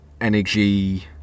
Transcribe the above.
...energy